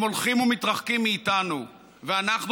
הם הולכים ומתרחקים מאיתנו ואנחנו